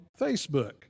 Facebook